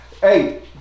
Hey